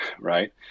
right